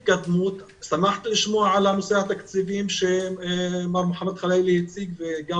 שמחתי לשמוע על הנושא התקציבי שמר חלאילה הציג וגם